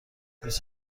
بیست